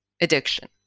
addiction